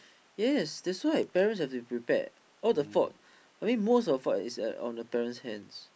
yes that's why parents have to be prepared all the fault I mean most of the fault is a on the parents hands